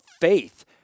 faith